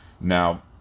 Now